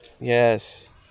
yes